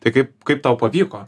tai kaip kaip tau pavyko